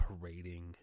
parading